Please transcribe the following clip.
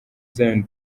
zion